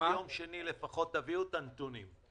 עד יום שני, בבקשה, את הנתונים.